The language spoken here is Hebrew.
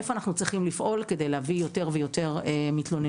היכן אנחנו צריכים לפעול כדי להביא יותר ויותר מתלוננים.